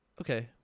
Okay